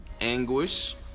anguish